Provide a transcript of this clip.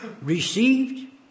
received